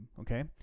okay